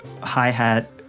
hi-hat